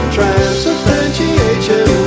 Transubstantiation